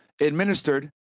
administered